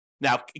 Now